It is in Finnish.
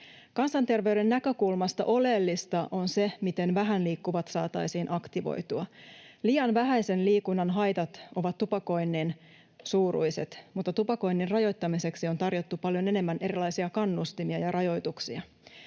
Kansanterveyden näkökulmasta oleellista on se, miten vähän liikkuvat saataisiin aktivoitua. Liian vähäisen liikunnan haitat ovat tupakoinnin suuruiset, mutta tupakoinnin rajoittamiseksi on tarjottu paljon enemmän erilaisia kannustimia ja rajoituksia.